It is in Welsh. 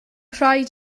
rhaid